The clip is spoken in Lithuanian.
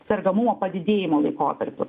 sergamumo padidėjimo laikotarpiu